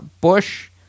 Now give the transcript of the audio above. Bush